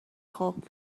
خوب